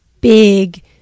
big